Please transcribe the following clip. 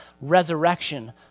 resurrection